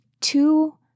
two